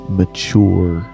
mature